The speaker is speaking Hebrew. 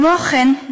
כמו כן,